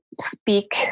Speak